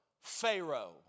Pharaoh